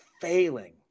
failing